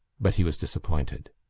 but he was disappointed.